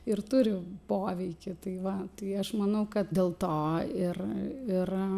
ir turi poveikį tai va tai aš manau kad dėl to ir